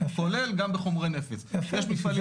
כולל גם בחומרי נפץ.